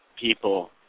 people